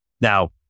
Now